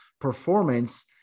Performance